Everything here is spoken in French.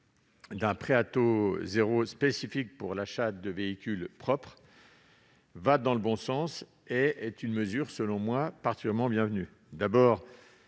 d'un prêt à taux zéro spécifique pour l'achat d'un véhicule propre va dans le bon sens. C'est une mesure particulièrement bienvenue.